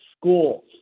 schools